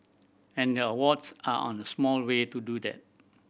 and the awards are on a small way to do that